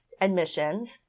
admissions